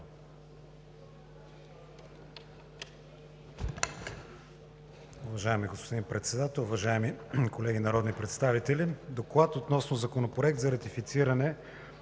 Уважаеми господин Председател, уважаеми колеги народни представители! „ДОКЛАД относно Законопроект за ратифициране